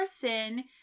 person